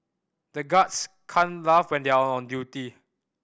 the guards can laugh when they are on duty